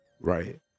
right